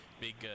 big